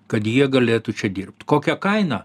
kad jie galėtų čia dirbt kokia kaina